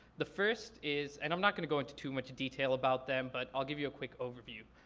the first is, and i'm not gonna go into too much detail about them, but i'll give you a quick overview.